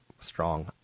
strong